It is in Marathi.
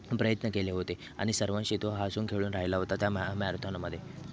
प्रयत्न केले होते आणि सर्वांशी तो हसून खेळून राहिला होता त्या मॅ मॅराथॉनमध्ये